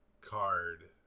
card